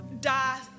die